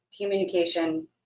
communication